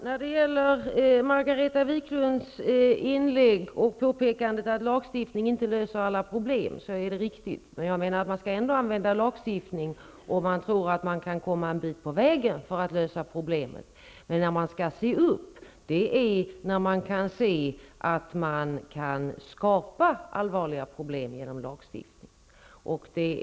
Herr talman! Margareta Viklunds påpekande att lagstiftning inte löser alla problem är riktigt, men jag menar att man ändå skall använda lagstiftning om man tror att man kan komma en bit på vägen för att lösa problemen. Men man skall se upp när det finns risk att man skapar allvarliga problem genom lagstiftning.